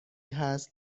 هست